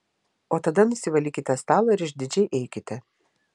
o tada nusivalykite stalą ir išdidžiai eikite